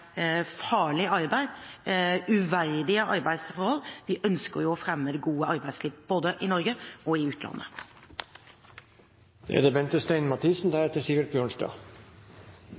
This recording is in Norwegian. farlig arbeid, for uverdige arbeidsforhold. Vi ønsker å fremme det gode arbeidsliv, både i Norge og i